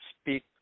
speak